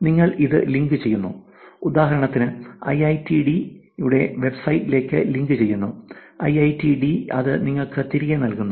നിങ്ങൾ ഇത് ലിങ്കുചെയ്യുന്നു ഉദാഹരണത്തിന് ഐഐഐടിഡി യുടെ വെബ്സൈറ്റിലേക്ക് ലിങ്കുചെയ്യുന്നു ഐഐഐടിഡി അത് നിങ്ങൾക്ക് തിരികെ നൽകുന്നു